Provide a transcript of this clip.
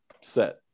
set